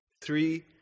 Three